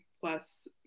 plus